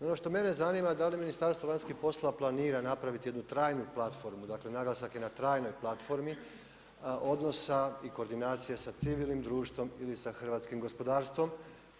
No, ono što mene zanima da li Ministarstvo vanjskih poslova planira napraviti jednu trajnu platformu, dakle naglasak je na trajnoj platformi odnosa i koordinacije sa civilnim društvom ili sa hrvatskim gospodarstvom